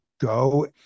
go